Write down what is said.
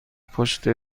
پشت